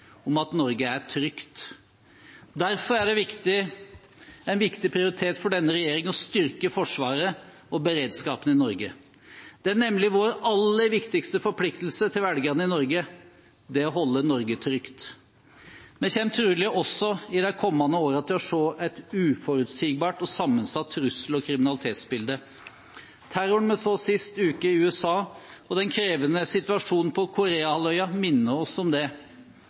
om at Norge er trygt. Derfor er det en viktig prioritet for denne regjeringen å styrke forsvaret og beredskapen i Norge. Det er nemlig vår aller viktigste forpliktelse til velgerne i Norge, det å holde Norge trygt. Vi kommer trolig også de kommende årene til å se et uforutsigbart og sammensatt trussel- og kriminalitetsbilde. Terroren vi så sist uke i USA, og den krevende situasjonen på Korea-halvøya minner oss om det.